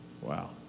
Wow